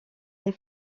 les